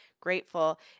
grateful